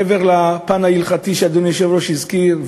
מעבר לפן ההלכתי שאדוני היושב-ראש הזכיר,